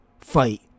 fight